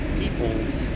peoples